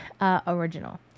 original